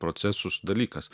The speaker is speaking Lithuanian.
procesus dalykas